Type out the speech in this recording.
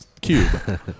Cube